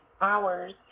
hours